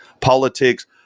politics